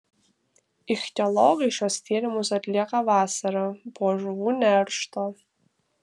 ichtiologai šiuos tyrimus atlieka vasarą po žuvų neršto